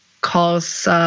cause